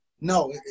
no